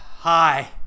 hi